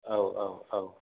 औ औ औ